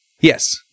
yes